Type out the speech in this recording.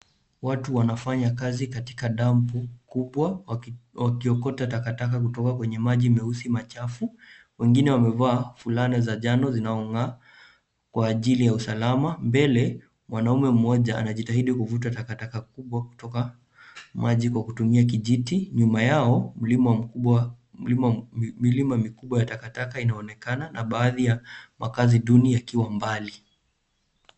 Watu wanafanya kazi katika dampu kubwa, wakiokota takataka kutoka kwenye maji meusi machafu. Wengine wamevaa fulana za njano zinaong'aa kwa ajili ya usalama. Mbele, mwanaume mmoja anajitahidi kuvuta takataka kubwa kutoka maji kwa kutumia kijiti. Nyuma yao, milima mikubwa ya takataka inaonekana na baadhi ya makazi duni yakiwa mbali.